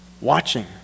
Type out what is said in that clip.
watching